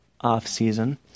off-season